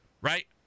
Right